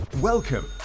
Welcome